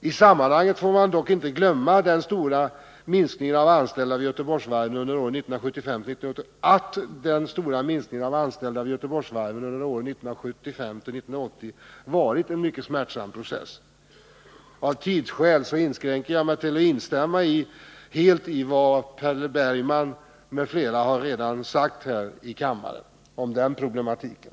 I sammanhanget får man dock inte glömma att den stora minskningen av antalet anställda vid Göteborgsvarven under åren 1975-1980 varit en mycket smärtsam process. Nr 165 Av tidsskäl inskränker jag mig till att instämma helt i vad Per Bergman m.fl. Torsdagen den redan har sagt här i kammaren om den problematiken.